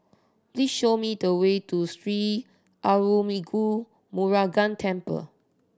please show me the way to Sri Arulmigu Murugan Temple